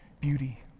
beauty